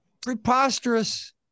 preposterous